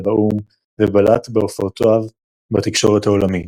באו"ם ובלט בהופעותיו בתקשורת העולמית.